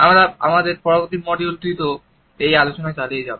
আমরা আমাদের পরবর্তী মডিউলটিতেও এই আলোচনা চালিয়ে যাব